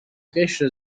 قشر